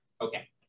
Okay